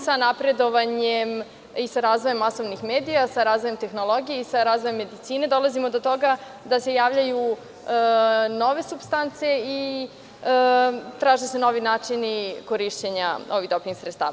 Sa napredovanjem i sa razvojem masovnih medija, sa razvojem tehnologije i sa razvojem medicine dolazimo do toga da se javljaju nove supstance i traže se novi načini korišćenja novih doping sredstava.